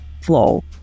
flow